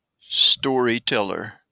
storyteller